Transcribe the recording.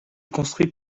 construit